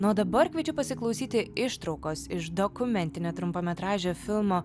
nu o dabar kviečiu pasiklausyti ištraukos iš dokumentinio trumpametražio filmo